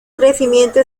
crecimiento